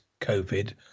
COVID